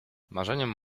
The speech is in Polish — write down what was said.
marzeniem